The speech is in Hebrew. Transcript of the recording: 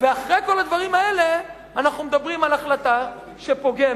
ואחרי כל הדברים האלה אנחנו מדברים על החלטה שפוגמת